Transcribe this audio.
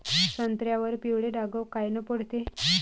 संत्र्यावर पिवळे डाग कायनं पडते?